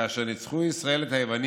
שכאשר ניצחו ישראל את היוונים